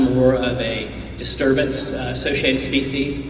more of a disturbance associated species.